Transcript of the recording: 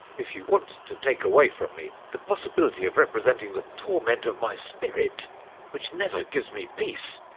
if you want to take away from me the possibility of representing the torment of my spirit which never gives me peace,